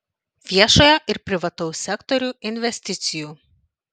viešojo ir privataus sektorių investicijų